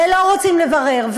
ולא רוצים לברר,